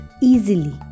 easily